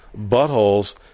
buttholes